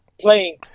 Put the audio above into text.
playing